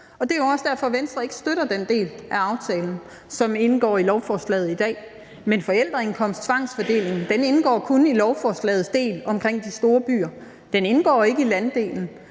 jo også derfor, Venstre ikke støtter den del af aftalen, som indgår i lovforslaget i dag. Men forældreindkomsttvangsfordelingen indgår kun i lovforslagets del omkring de store byer. Den indgår ikke i landdelen,